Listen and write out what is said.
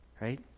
right